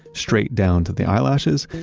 straight down to the eyelashes,